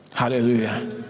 Hallelujah